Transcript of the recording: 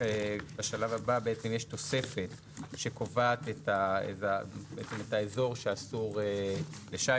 בשלב הבא בעצם יש תוספת שקובעת את האזור שאסור לשיט,